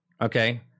okay